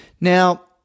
Now